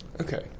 Okay